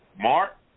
Mark